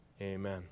Amen